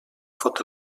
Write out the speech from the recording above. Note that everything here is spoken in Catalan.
fot